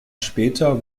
später